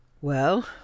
Well